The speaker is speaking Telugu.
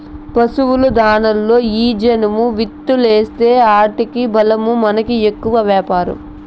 పశుల దాణాలలో ఈ జనుము విత్తూలేస్తీ ఆటికి బలమూ మనకి ఎక్కువ వ్యాపారం